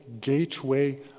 gateway